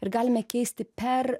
ir galime keisti per